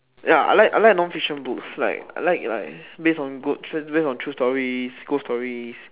ya I like I like non fiction books like I like like based on g~ based on true stories ghost stories